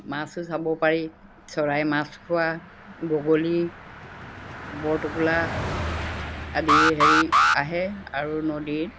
মাছো চাব পাৰি চৰাই মাছ খোৱা বগলী বৰটুকোলা আদি হেৰি আহে আৰু নদীত